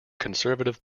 conservative